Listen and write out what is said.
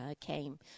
came